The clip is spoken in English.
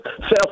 South